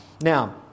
Now